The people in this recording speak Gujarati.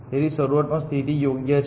તેથી શરૂઆતમાં સ્થિતિ યોગ્ય છે